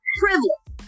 privilege